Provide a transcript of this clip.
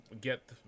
get